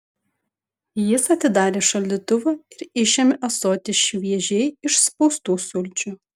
jis atidarė šaldytuvą ir išėmė ąsotį šviežiai išspaustų sulčių